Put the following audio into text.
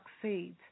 succeed